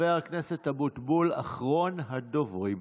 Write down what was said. חבר הכנסת אבוטבול, אחרון הדוברים.